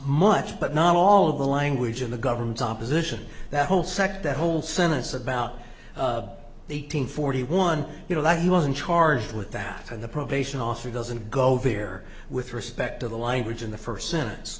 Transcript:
much but not all of the language in the government's opposition the whole sect the whole sentence about eight hundred forty one you know that he wasn't charged with that and the probation officer doesn't go there with respect to the language in the first sentence